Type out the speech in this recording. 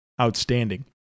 outstanding